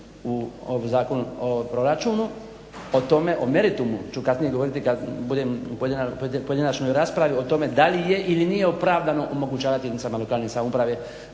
u Zakon o proračunu, o tome, o meritumu ću kasnije govoriti kad budem u pojedinačnoj raspravi o tome da li je ili nije opravdano omogućavati jedinicama lokalne samouprave